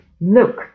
look